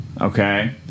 Okay